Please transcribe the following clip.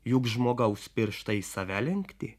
juk žmogaus pirštai į save lenkti